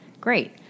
great